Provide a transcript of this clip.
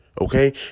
Okay